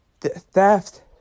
theft